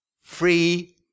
Free